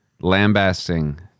lambasting